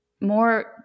more